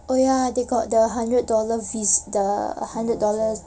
oh ya they got the hundred dollar fees the hundred dollars